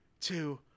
two